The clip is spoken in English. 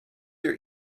your